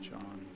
John